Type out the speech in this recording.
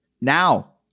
now